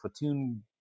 platoon